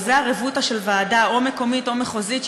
וזה הרבותא של ועדה מקומית או מחוזית,